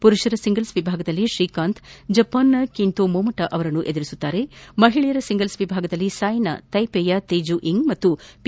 ಪುರುಷರ ಸಿಂಗಲ್ಪ್ ವಿಭಾಗದಲ್ಲಿ ಶ್ರೀಕಾಂತ್ ಜಪಾನ್ನ ಕೆಂಟೊ ಮೊಮಟ ಅವರನ್ನು ಎದುರಸಲಿದ್ದು ಮಹಿಳೆಯರ ಸಿಂಗಲ್ಪ್ ವಿಭಾಗದಲ್ಲಿ ಸೈನಾ ತೈಪೆಯ ತೈ ಜು ಯಿಂಗ್ ಹಾಗೂ ಪಿ